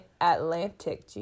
Atlantic